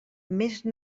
més